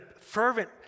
fervent